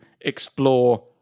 explore